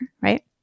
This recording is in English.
right